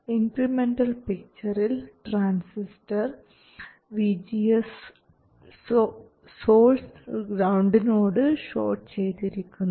incremental പിക്ചറിൽ transistor vGS source ഗ്രൌണ്ടിനോട് short ചെയ്തിരിക്കുന്നു